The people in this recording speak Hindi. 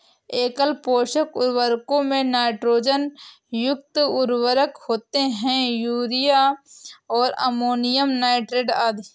एकल पोषक उर्वरकों में नाइट्रोजन युक्त उर्वरक होते है, यूरिया और अमोनियम नाइट्रेट आदि